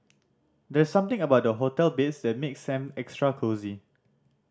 there's something about hotel beds that makes them extra cosy